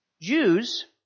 Jews